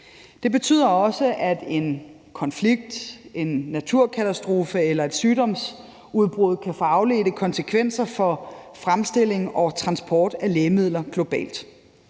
Det betyder også, at en konflikt, en naturkatastrofe eller et sygdomsudbrud kan få afledte konsekvenser for fremstilling og transport af lægemidler globalt.